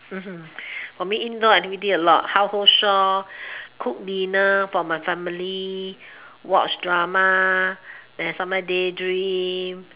mmhmm for me indoor activity a lot household chores cook dinner for my family watch drama then sometimes daydream